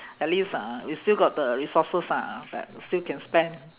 at least ah we still got the resources ah but still can spend